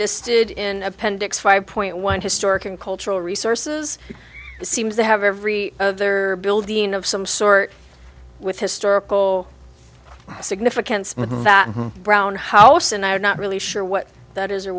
listed in appendix five point one historic and cultural resources seems to have every of the building of some sort with historical significance with that brown house and i are not really sure what that is or